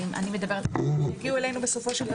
אני מדברת על מקרים שהגיעו להתייעצות.